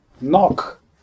knock